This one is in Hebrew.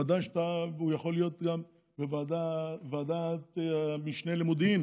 ודאי שהם יכולים להיות גם בוועדת המשנה למודיעין